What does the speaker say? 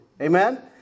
Amen